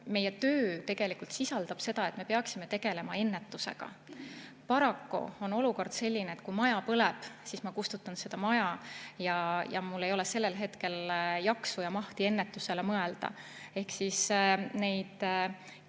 tegelikult sisaldab seda, et me peaksime tegelema ennetusega. Paraku on olukord selline, et kui maja põleb, siis ma kustutan seda maja ja mul ei ole sellel hetkel jaksu ja mahti ennetusele mõelda. Ehk neid